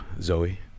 Zoe